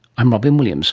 i'm robyn williams